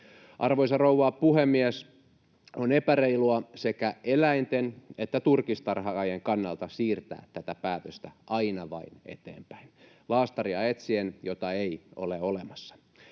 Arvoisa rouva puhemies! On epäreilua sekä eläinten että turkistarhaajien kannalta siirtää tätä päätöstä aina vain eteenpäin etsien laastaria, jota ei ole olemassa.